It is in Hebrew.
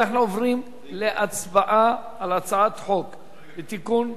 אנחנו עוברים להצבעה על הצעת חוק לתיקון,